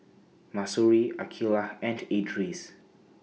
Mahsuri Aqeelah and Idris